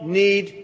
need